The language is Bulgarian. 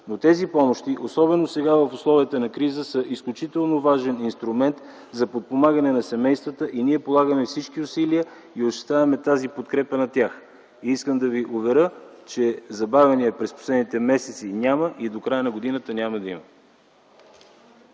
но тези помощи, особено сега в условията на криза, са изключително важен инструмент за подпомагане на семействата и ние полагаме всички усилия и осъществяваме тази подкрепа за тях. Искам да Ви уверя, че забавяния през последните месеци няма и до края на годината няма да има.